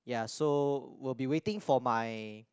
ya so will be waiting for my